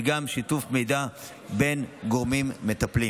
וגם שיתוף מידע בין גורמים מטפלים,